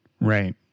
Right